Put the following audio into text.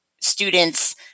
students